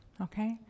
okay